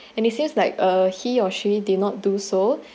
and it seems like uh he or she did not do so